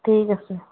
ঠিক আছে